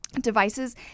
devices